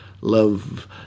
love